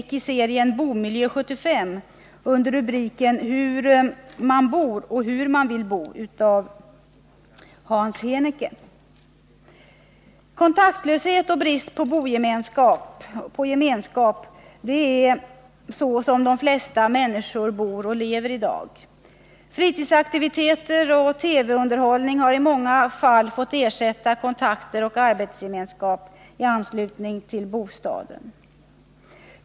Kontaktlöshet och brist på gemenskap — det är så de flesta människor bor och lever i dag. Fritidsaktiviteter och TV-underhållning har i många fall fått ersätta kontakter och arbetsgemenskap i anslutning till bostaden.